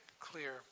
clear